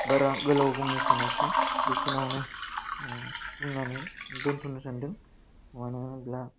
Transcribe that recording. बारा गोलाव बुंनो सानासै बेखिनियावनो बुंनानै दोन्थ'नो सान्दों मानो होनोब्ला